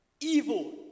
Evil